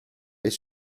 est